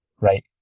right